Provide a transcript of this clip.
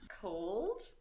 Cold